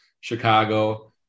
Chicago